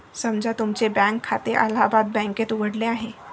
समजा तुमचे बँक खाते अलाहाबाद बँकेत उघडले आहे